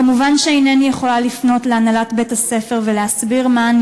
כמובן שאינני יכולה לפנות להנהלת בית-הספר ולהסביר מה אני